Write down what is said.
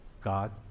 God